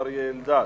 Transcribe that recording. עברה בקריאה ראשונה,